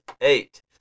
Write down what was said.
Eight